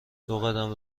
دوقدم